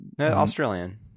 Australian